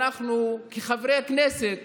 אנחנו כחברי כנסת